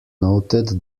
noted